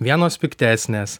vienos piktesnės